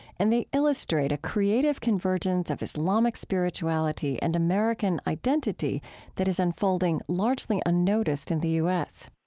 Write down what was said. and they illustrate a creative convergence of islamic spirituality and american identity that is unfolding largely unnoticed in the u s